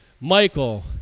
Michael